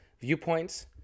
viewpoints